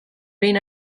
behin